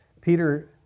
Peter